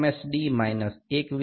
D - 1 V